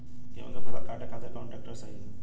गेहूँ के फसल काटे खातिर कौन ट्रैक्टर सही ह?